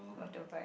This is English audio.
motorbike